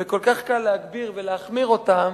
וכל כך קל להגביר ולהחמיר אותם,